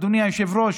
אדוני היושב-ראש,